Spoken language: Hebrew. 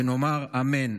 ונאמר אמן".